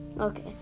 Okay